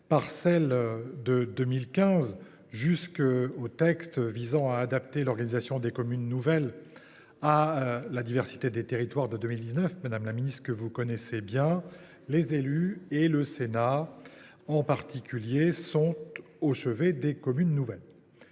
(NOTRe), et jusqu’au texte visant à adapter l’organisation des communes nouvelles à la diversité des territoires de 2019 – Mme la ministre le connaît bien –, les élus, et le Sénat en particulier, sont au chevet des communes nouvelles.